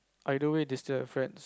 either way they still have friends